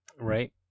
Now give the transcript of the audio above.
Right